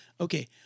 Okay